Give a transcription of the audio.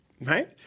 right